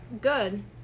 Good